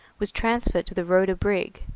was transferred to the rhoda brig,